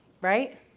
right